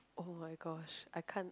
oh-my-gosh I can't